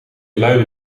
luide